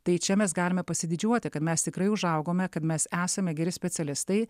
tai čia mes galime pasididžiuoti kad mes tikrai užaugome kad mes esame geri specialistai